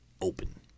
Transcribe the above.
open